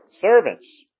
Servants